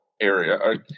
area